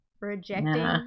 rejecting